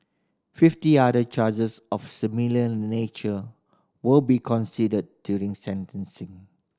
fifty other charges of similar nature will be considered during sentencing